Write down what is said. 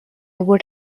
would